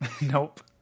Nope